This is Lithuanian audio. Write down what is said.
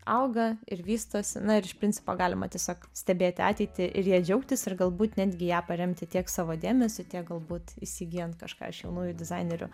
auga ir vystosi na ir iš principo galima tiesiog stebėti ateitį ir ja džiaugtis ir galbūt netgi ją paremti tiek savo dėmesiu tiek galbūt įsigyjant kažką iš jaunųjų dizainerių